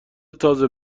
تازه